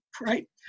right